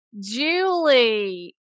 Julie